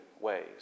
ways